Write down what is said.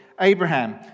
Abraham